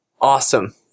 Awesome